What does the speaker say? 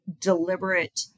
deliberate